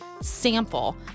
sample